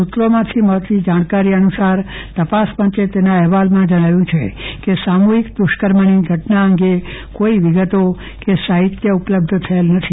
સુત્રોમાંથી મળતી જાણકારી અનુસાર તપાસ પંચે તેના અહેવાલમાં જણાવ્યું છે કે સામુહિક દુષ્કર્મની ઘટના અંગે કોઈ વિગતો કે સાહિત્ય ઉપલબ્ધ થયેલ નથી